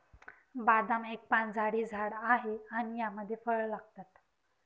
बदाम एक पानझडी झाड आहे आणि यामध्ये फळ लागतात